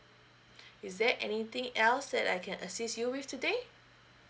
is there anything else that I can assist you with today